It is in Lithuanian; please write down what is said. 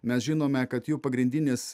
mes žinome kad jų pagrindinis